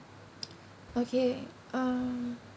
okay um